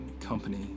company